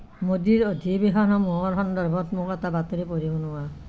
মোদীৰ অধিৱেশনসমূহৰ সন্দৰ্ভত মোক এটা বাতৰি পঢ়ি শুনোৱা